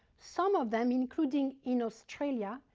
some of them, including in australia,